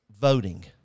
voting